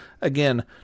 Again